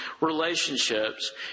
relationships